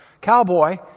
cowboy